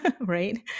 Right